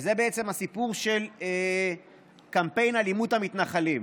וזה בעצם הסיפור של קמפיין אלימות המתנחלים.